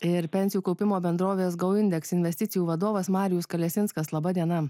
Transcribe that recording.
ir pensijų kaupimo bendrovės gau indeks investicijų vadovas marijus kalesinskas laba diena